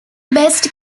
best